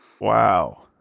Wow